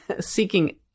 seeking